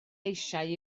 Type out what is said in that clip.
eisiau